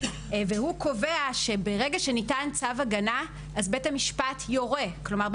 והוא קובע שברגע שניתן צו הגנה בית המשפט יורה כלומר,